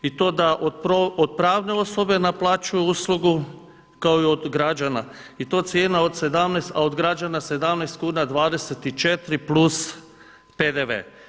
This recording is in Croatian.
I to da od pravne osobe naplaćuju uslugu, kao i od građana, i to cijena od 17, a od građana 17 kuna 24 plus PDV.